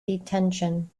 detention